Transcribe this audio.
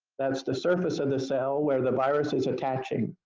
that's the surface of the cell where the virus is attaching,